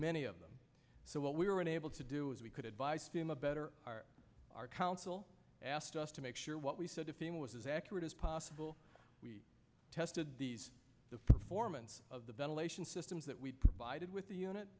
many of them so what we were unable to do is we could advise them a better our council asked us to make sure what we said if it was as accurate as possible we tested these the performance of the ventilation systems that we provided with the unit